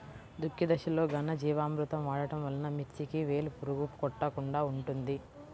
దుక్కి దశలో ఘనజీవామృతం వాడటం వలన మిర్చికి వేలు పురుగు కొట్టకుండా ఉంటుంది?